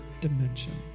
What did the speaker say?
dimension